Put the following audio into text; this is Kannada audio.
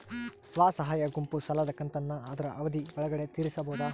ಸ್ವಸಹಾಯ ಗುಂಪು ಸಾಲದ ಕಂತನ್ನ ಆದ್ರ ಅವಧಿ ಒಳ್ಗಡೆ ತೇರಿಸಬೋದ?